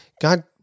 God